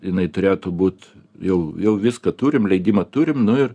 jinai turėtų būt jau jau viską turim leidimą turime nu ir